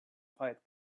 fight